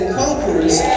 conquerors